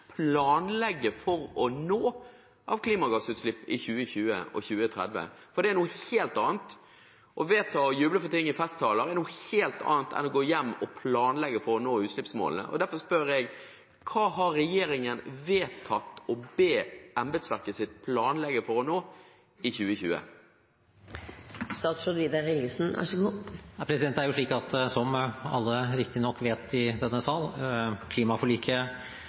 planlegge for å nå av klimagassutslipp i 2020 og 2030? Det å vedta og juble for ting i festtaler er noe helt annet enn å gå hjem og planlegge for å nå utslippsmålene. Derfor spør jeg: Hva har regjeringen vedtatt å be embetsverket sitt planlegge for å nå i 2020? Det er slik, som alle riktignok vet i denne sal, at klimaforliket ligger til grunn, og arbeidet og prioriteringen denne regjeringen og samarbeidspartiene har hatt, er å styrke virkemidlene, styrke klimaforliket,